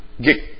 get